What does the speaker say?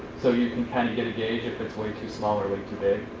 so you can kind of get gage if it's way too small or way too big.